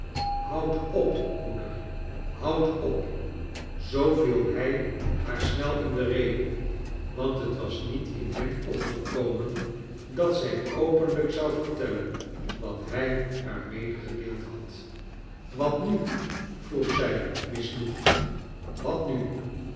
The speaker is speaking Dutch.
houd op moeder houd op i zoo viel hij haar snel in de rede want het was niet in hem opgekomen dat zij openlijk zou vertelleri wat hij haar medegedeeld had wat nu vroeg zij misnoegd wat au